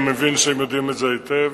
אני מבין שהם יודעים את זה היטב,